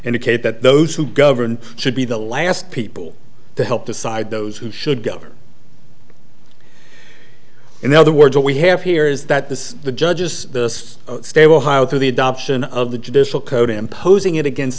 indicate that those who govern should be the last people to help decide those who should govern in other words all we have here is that this is the judges this stable how through the adoption of the judicial code imposing it against